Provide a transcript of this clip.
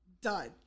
Done